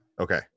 Okay